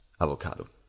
avocado